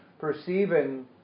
perceiving